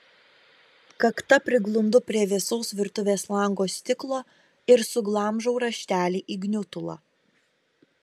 kakta priglundu prie vėsaus virtuvės lango stiklo ir suglamžau raštelį į gniutulą